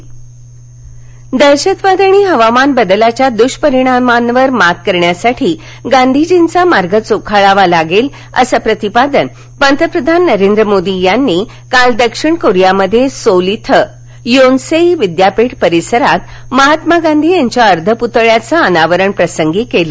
पंतप्रधान कोरिया दहशतवाद आणि हवामान बदलाच्या दुष्परिणामांवर मात करण्यासाठी गांधीजींचा मार्ग चोखाळावा लागेल असं प्रतिपादन पंतप्रधान नरेंद्र मोदी यांनी काल दक्षिण कोरियामध्ये सोल ियोनसेई विद्यापीठ परिसरात महात्मा गांधी यांच्या अर्धपुतळ्याच्या अनावरण प्रसंगी केलं